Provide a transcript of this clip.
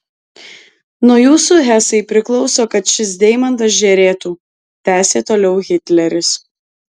nuo jūsų hesai priklauso kad šis deimantas žėrėtų tęsė toliau hitleris